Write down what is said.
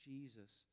Jesus